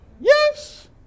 Yes